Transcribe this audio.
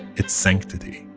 its sanctity.